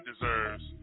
deserves